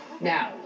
Now